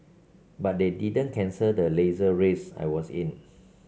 but they didn't cancel the Laser race I was in